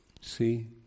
See